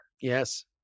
Yes